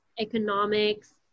economics